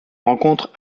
rencontre